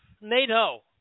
NATO